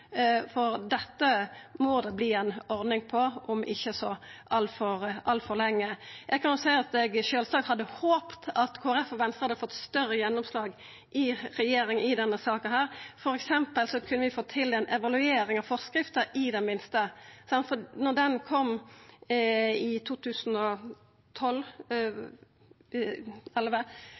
om ikkje så altfor lenge. Eg hadde sjølvsagt håpt at Kristeleg Folkeparti og Venstre hadde fått større gjennomslag i regjeringa i denne saka, f.eks. kunne vi i det minste fått til ei evaluering av forskrifta, for då ho kom i 2011 eller i 2012, eg hugsar ikkje akkurat når,